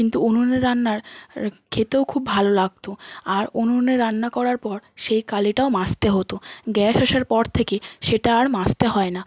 কিন্তু উনুনে রান্নার আর খেতেও খুব ভালো লাগত আর উনুনে রান্না করার পর সেই কালিটাও মাজতে হতো গ্যাস আসার পর থেকে সেটা আর মাজতে হয় না